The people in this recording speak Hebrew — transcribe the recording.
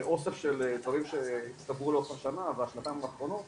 זה אוסף של דברים שהצטברו לאורך השנה והשנתיים האחרונות